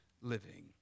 living